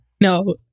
No